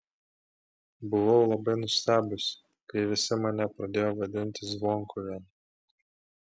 buvau labai nustebusi kai visi mane pradėjo vadinti zvonkuviene